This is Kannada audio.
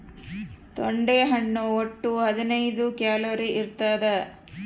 ತೊಂಡೆ ಹಣ್ಣು ಒಟ್ಟು ಹದಿನೈದು ಕ್ಯಾಲೋರಿ ಇರ್ತಾದ